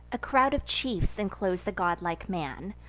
a crowd of chiefs inclose the godlike man,